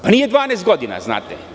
Pa, nije 12 godina, znate.